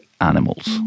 animals